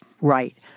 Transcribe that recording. right